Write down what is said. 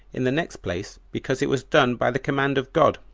in the next place, because it was done by the command of god,